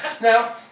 Now